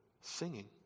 singing